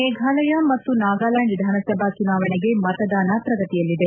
ಮೇಘಾಲಯ ಮತ್ತು ನಾಗಾಲ್ಯಾಂಡ್ ವಿಧಾನಸಭೆ ಚುನಾವಣೆಗೆ ಮತದಾನ ಪ್ರಗತಿಯಲ್ಲಿದೆ